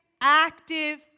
active